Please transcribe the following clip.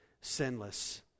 sinless